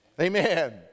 Amen